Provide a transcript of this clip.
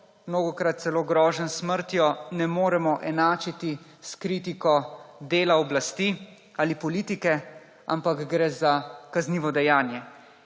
mnogokrat celo groženj s smrtjo ne moremo enačiti s kritiko dela oblasti ali politike, ampak gre za kaznivo dejanje.